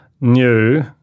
new